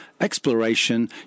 exploration